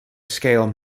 scale